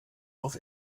auf